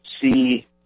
see